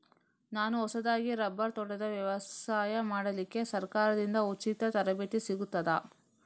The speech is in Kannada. ನಾನು ಹೊಸದಾಗಿ ರಬ್ಬರ್ ತೋಟದ ವ್ಯವಸಾಯ ಮಾಡಲಿಕ್ಕೆ ಸರಕಾರದಿಂದ ಉಚಿತ ತರಬೇತಿ ಸಿಗುತ್ತದಾ?